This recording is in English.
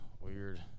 weird